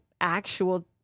actual